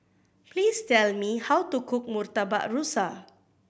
please tell me how to cook Murtabak Rusa